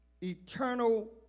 Eternal